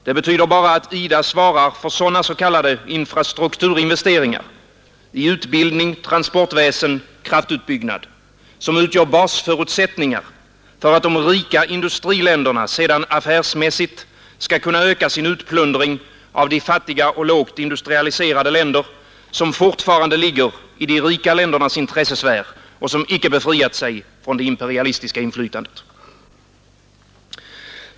Det betyder endast att IDA svarar för sådana s.k. infrastrukturinvesteringar — i utbildning, transportväsen, kraftutbyggnad — som utgör basförutsättningar för att de rika industriländerna sedan affärsmässigt skall kunna öka sin utplundring av de fattiga och lågt industrialiserade länder som fortfarande ligger i de rika ländernas intressesfär och som icke befriat sig från det imperialistiska inflytandet.